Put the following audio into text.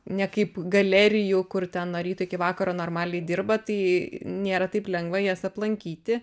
ne kaip galerijų kur ten nuo ryto iki vakaro normaliai dirba tai nėra taip lengva jas aplankyti